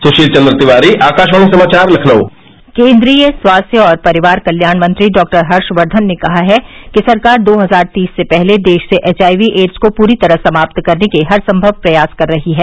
सुशील चन्द्र तिवारी आकाशवाणी समाचार लखनऊ केन्द्रीय स्वास्थ्य और परिवार कल्याण मंत्री डॉक्टर हर्षवर्धन ने कहा है कि सरकार दो हजार तीस से पहले देश से एच आई वी एड्स को पूरी तरह समाप्त करने के हर संभव उपाय कर रही है